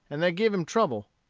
and they give him trouble.